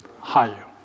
higher